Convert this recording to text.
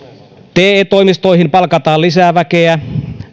te toimistoihin palkataan lisää väkeä